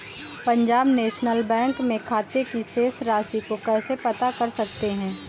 Punjab National Bank में खाते की शेष राशि को कैसे पता कर सकते हैं?